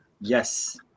Yes